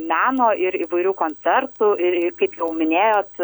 meno ir įvairių koncertų iri kaip jau minėjot